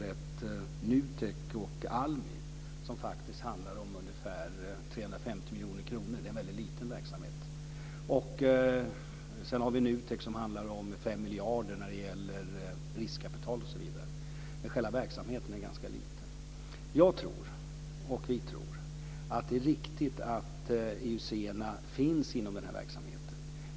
Det handlar faktiskt om ungefär 350 miljoner kronor. Det är en väldigt liten verksamhet. NUTEK handlar om 5 miljarder när det gäller riskkapital, men själva verksamheten är ganska liten. Vi tror att det är riktigt att IUC finns inom den här verksamheten.